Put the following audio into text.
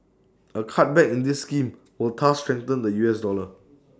A cutback in this scheme will thus strengthen the U S dollar